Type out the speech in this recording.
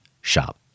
shop